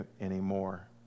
anymore